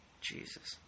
Jesus